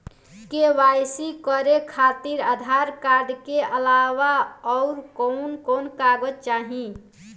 KYC करे खातिर Aadhaar card के अलावा आउरकवन कवन कागज चाहीं?